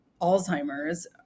Alzheimer's